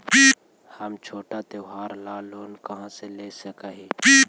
हम छोटा त्योहार ला लोन कहाँ से ले सक ही?